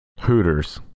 Hooters